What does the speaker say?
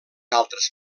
altres